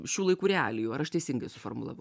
šių laikų realijų ar aš teisingai suformulavau